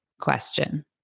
question